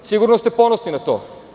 Sigurno ste ponosni na to.